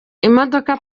imodoka